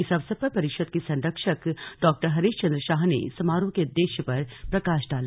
इस अवसर पर परिषद के संरक्षक डॉ हरीश चंद्र शाह ने समारोह के उददेश्य पर प्रकाश डाला